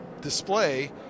display